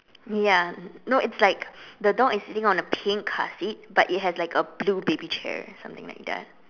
ya no it's like the dog is sitting on a pink car seat but it has like a blue baby chair something like that